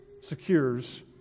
secures